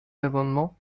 l’amendement